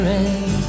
end